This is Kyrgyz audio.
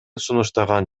сунуштаган